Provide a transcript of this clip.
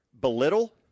belittle